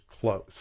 close